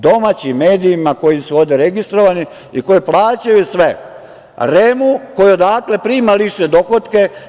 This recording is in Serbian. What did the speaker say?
Domaćim medijima koji su ovde registrovani i koji plaćaju sve, REM-u koji odatle prima lične dohotke.